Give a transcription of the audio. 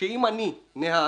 שאם אני נהג,